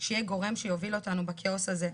שיהיה גורם שיוביל אותנו בכאוס הזה,